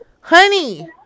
Honey